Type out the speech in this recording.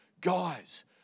guys